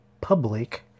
Public